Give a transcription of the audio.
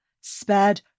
spared